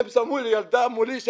הם שמו לי ילדה מולי,